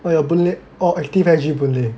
orh your Boon Lay or Active S_G Boon Lay